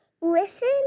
Listen